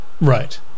Right